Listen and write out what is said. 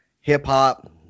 hip-hop